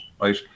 right